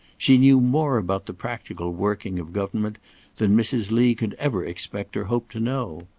she knew more about the practical working of government than mrs. lee could ever expect or hope to know.